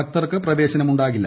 ഭക്തർക്ക് പ്രവേശനം ഉണ്ടാകില്ല